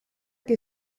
che